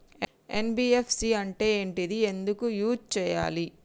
NBFC అంటే ఏంటిది ఎందుకు యూజ్ చేయాలి?